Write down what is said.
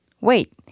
Wait